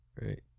Right